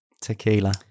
Tequila